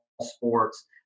sports